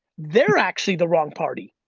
they're actually the wrong party.